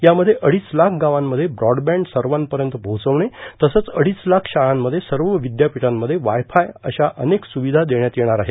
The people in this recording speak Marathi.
यामध्ये अडिघलाख गावांमध्ये ब्रॉडबेंड सर्वापर्यंत पोझेचवणे तसंच अडिचलाख शाळांमध्ये सर्व विद्यापीठांमध्ये वायप्राय अशा अनेक सुविया देण्यात येणार आहेत